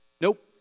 Nope